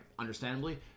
Understandably